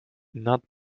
not